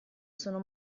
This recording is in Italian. sono